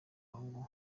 muhango